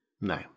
No